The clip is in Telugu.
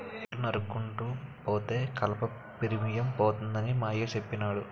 చెట్లు నరుక్కుంటూ పోతే కలప పిరియంపోద్దని మా అయ్య సెప్పినాడు